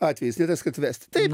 atvejis ne tas kad vesti taip